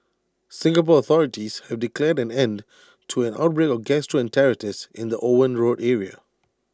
Singapore authorities have declared an end to an outbreak of gastroenteritis in the Owen road area